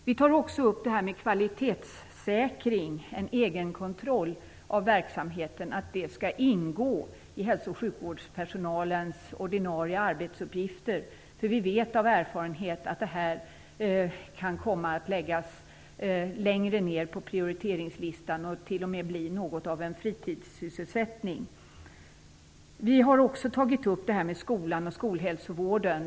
Vi tar även upp kvalitetssäkring, en egenkontroll av verksamheten. Vi anser att det skall ingå i hälsooch sjukvårdspersonalens ordinarie arbetsuppgifter, eftersom vi av erfarenhet vet att detta kan komma att läggas längre ned på prioriteringslistan och t.o.m. bli något av en fritidssysselsättning. Vi har även tagit upp skolhälsovården.